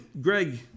Greg